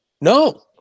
No